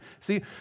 See